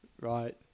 right